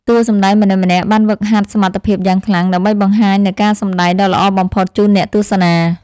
តួសម្តែងម្នាក់ៗបានហ្វឹកហាត់សមត្ថភាពយ៉ាងខ្លាំង ដើម្បីបង្ហាញនូវការសម្តែងដ៏ល្អបំផុតជូនអ្នកទស្សនា។